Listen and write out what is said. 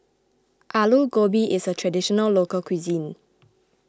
Alu Gobi is a Traditional Local Cuisine